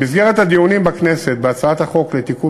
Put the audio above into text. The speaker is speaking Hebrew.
במסגרת הדיונים בכנסת בהצעת החוק לתיקון